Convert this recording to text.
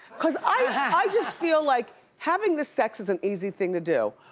cause i just feel like having the sex is an easy thing to do,